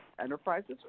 enterprises